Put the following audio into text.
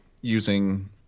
using